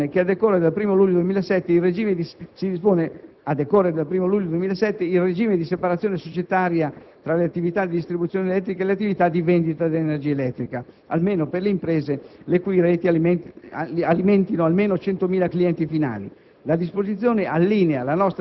Al comma 1 si dispone, a decorrere dal 1° luglio 2007, il regime di separazione societaria tra le attività di distribuzione elettrica e le attività di vendita dell'energia elettrica, quanto meno per le imprese le cui reti alimentino almeno 100.000 clienti finali.